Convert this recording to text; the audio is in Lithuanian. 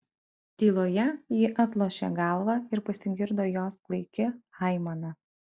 tyloje ji atlošė galvą ir pasigirdo jos klaiki aimana